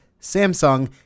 Samsung